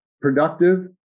productive